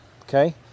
okay